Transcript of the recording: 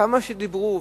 כמה שדיברו,